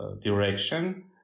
direction